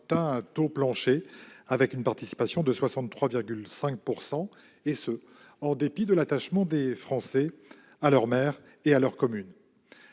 atteint un taux plancher en 2014, avec une participation de 63,5 %, et cela en dépit de l'attachement des Français à leur maire et à leur commune.